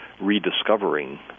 rediscovering